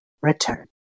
return